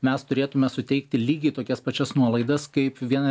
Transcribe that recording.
mes turėtume suteikti lygiai tokias pačias nuolaidas kaip vieną